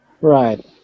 Right